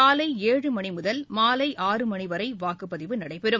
காலை ஏழு மணி முதல் மாலை ஆறு மணி வரை வாக்குப்பதிவு நடைபெறும்